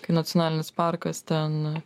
kai nacionalinis parkas ten